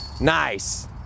Nice